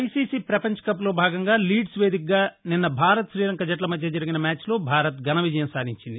ICC ప్రపంచకప్ లో భాగంగా లీడ్స్ వేదికగా నిన్న భారత్ శ్రీలంక జట్ల మధ్య జరిగిన మ్యాచ్ లో భారత్ ఘన విజయం సాధించింది